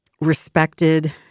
respected